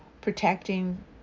protecting